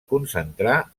concentrar